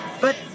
But